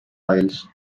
oils